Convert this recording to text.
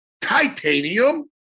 Titanium